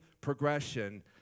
progression